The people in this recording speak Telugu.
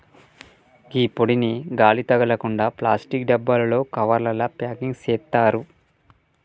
గీ పొడిని గాలి తగలకుండ ప్లాస్టిక్ డబ్బాలలో, కవర్లల ప్యాకింగ్ సేత్తారు